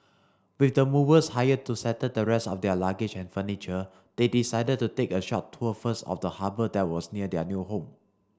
with the movers hired to settle the rest of their luggage and furniture they decided to take a short tour first of the harbour that was near their new home